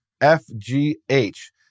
F-G-H